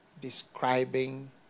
describing